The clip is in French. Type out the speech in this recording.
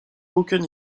aucun